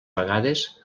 vegades